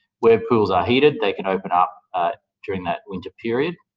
where pools are heated, they can open up ah during that winter period.